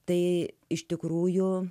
tai iš tikrųjų